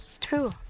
True